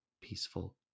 peaceful